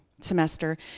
semester